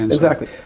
exactly.